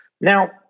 now